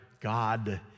God